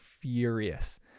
furious